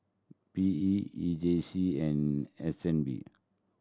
P E E J C and S N B